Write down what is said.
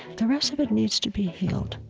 the rest of it needs to be healed,